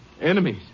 Enemies